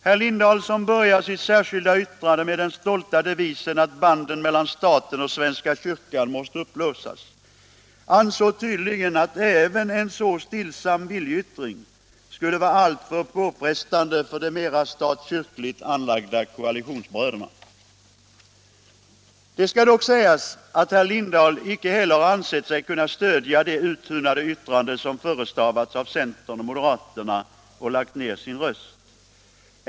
Herr Lindahl i Hamburgsund, som börjar sitt särskilda yttrande med den stolta devisen att banden mellan staten och svenska kyrkan måste upplösas, ansåg tydligen att även en så stillsam viljeyttring skulle vara alltför påfrestande för de mera stat-kyrkligt inställda koalitionsbröderna. Det skall dock sägas att herr Lindahl icke heller har ansett sig kunna stödja det uttunnade yttrande som förestavats av centern och moderaterna och lagt ner sin röst.